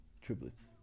Triplets